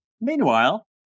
Meanwhile